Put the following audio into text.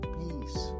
peace